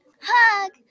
hug